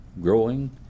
growing